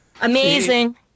amazing